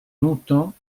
longtemps